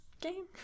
game